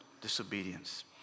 disobedience